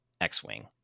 X-Wing